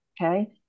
Okay